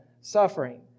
suffering